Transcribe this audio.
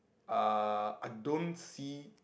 uh I don't see